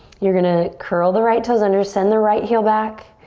you're gonna curl the right toes under, send the right heel back,